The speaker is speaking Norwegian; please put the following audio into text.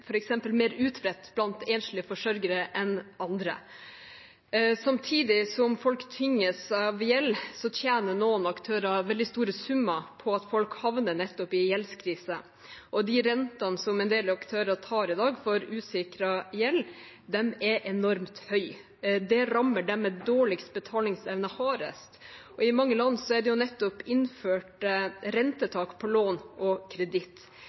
mer utbredt blant enslige forsørgere enn andre. Samtidig som folk tynges av gjeld, tjener noen aktører veldig store summer på at folk havner nettopp i gjeldskrise, og de rentene som en del aktører tar i dag for usikret gjeld, er enormt høye. Det rammer dem med dårligst betalingsevne hardest. I mange land er det nettopp innført rentetak på lån og kreditt.